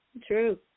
true